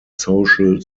social